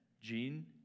Jean